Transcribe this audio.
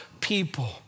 people